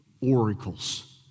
oracles